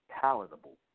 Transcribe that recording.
palatable